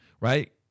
right